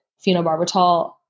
phenobarbital